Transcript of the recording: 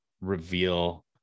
reveal